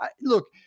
Look